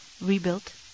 rebuilt